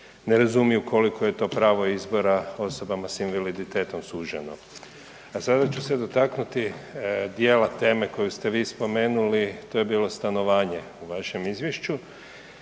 ne razumiju koliko je to pravo izbora osobama sa invaliditetom suženo. A sada ću se dotaknuti djela teme koji ste vi spomenuli, to je bilo stanovanje u vašem izvješću